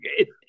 Okay